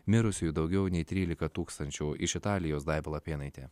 mirusiųjų daugiau nei trylika tūkstančių iš italijos daiva lapėnaitė